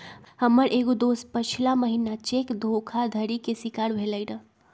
हमर एगो दोस पछिला महिन्ना चेक धोखाधड़ी के शिकार भेलइ र